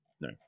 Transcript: no